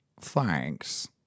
Thanks